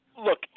look